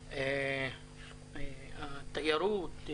התיירות,